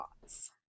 thoughts